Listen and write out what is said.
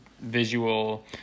visual